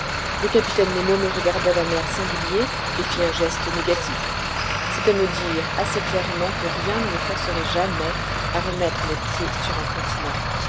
le capitaine nemo me regarda d'un air singulier et fit un geste négatif c'était me dire assez clairement que rien ne le forcerait jamais à remettre les pieds sur un continent